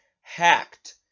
hacked